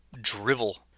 drivel